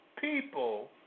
people